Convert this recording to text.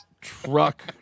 truck